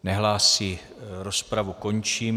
Nehlásí, rozpravu končím.